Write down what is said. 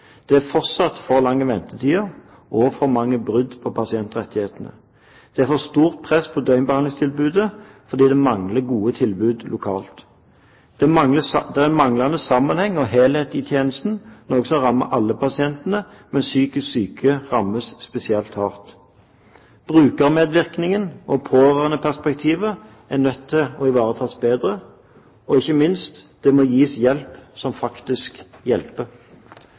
Det er fortsatt for lange ventetider og for mange brudd på pasientrettighetene. Det er for stort press på døgnbehandlingstilbudet fordi det mangler gode tilbud lokalt. Det mangler sammenheng og helhet i tjenestene, noe som rammer alle pasienter, men psykisk syke rammes spesielt hardt. Brukermedvirkningen og pårørendeperspektivet er nødt til å bli ivaretatt bedre. Og ikke minst må det gis hjelp som faktisk hjelper.